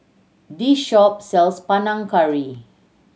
this shop sells Panang Curry